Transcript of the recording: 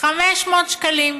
500 שקלים.